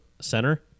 center